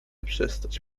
przestać